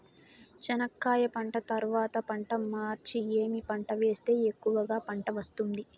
చెనక్కాయ పంట తర్వాత పంట మార్చి ఏమి పంట వేస్తే ఎక్కువగా పంట వస్తుంది?